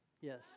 yes